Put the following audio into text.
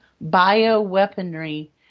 bio-weaponry